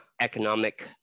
economic